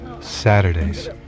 Saturdays